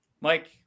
mike